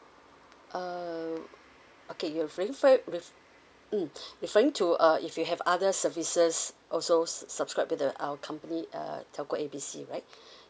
uh okay you ref~ mm referring to uh if you have other services also subscribe with the our company uh telco A B C right